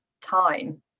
time